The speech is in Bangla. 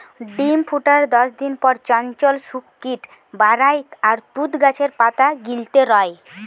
ডিম ফুটার দশদিন পর চঞ্চল শুক কিট বারায় আর তুত গাছের পাতা গিলতে রয়